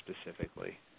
specifically